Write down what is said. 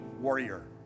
warrior